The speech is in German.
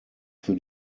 für